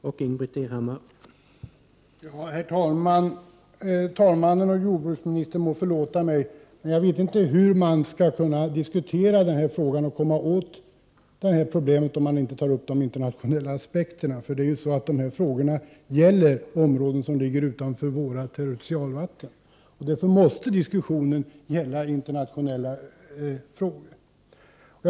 Herr talman! Andre vice talmannen och jordbruksministern må förlåta mig, men jag vet inte hur man skall kunna diskutera den här frågan och komma åt problemet om man inte tar upp de internationella aspekterna. Det är ju så, att frågorna gäller områden som ligger utanför Sveriges territorialvatten. Diskussionen måste därför gälla internationella frågor.